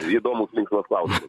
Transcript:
įdomus linksmas klausim